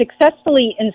successfully